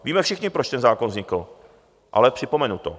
Víme všichni, proč ten zákon vznikl, ale připomenu to.